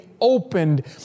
opened